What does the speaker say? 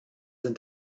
sind